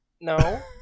No